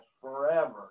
forever